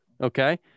Okay